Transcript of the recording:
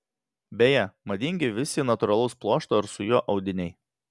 beje madingi visi natūralaus pluošto ar su juo audiniai